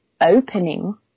opening